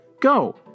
go